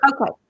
Okay